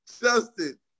Justin